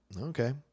Okay